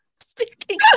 speaking